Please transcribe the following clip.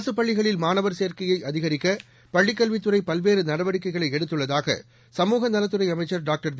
அரசு பள்ளிகளில் மாணவர் சேர்க்கையை அதிகரிக்க பள்ளிக் கல்வித்துறை பல்வேறு நடவடிக்கைகளை எடுத்துள்ளதாக சமூகநலத்துறை அமைச்சர் டாக்டர் வெ